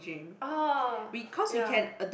oh ya